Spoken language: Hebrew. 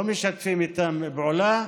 לא משתפים איתם פעולה,